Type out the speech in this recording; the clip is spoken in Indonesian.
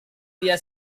dia